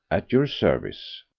at your service,